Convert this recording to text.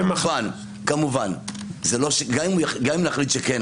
כמובן גם נחליט שכן,